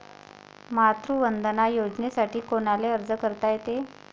मातृवंदना योजनेसाठी कोनाले अर्ज करता येते?